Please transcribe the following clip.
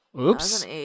oops